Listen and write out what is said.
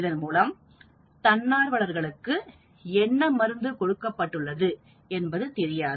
இதன் மூலம்தன்னார்வலர்களுக்கு என்ன மருந்து கொடுக்கப்பட்டுள்ளது என்பது தெரியாது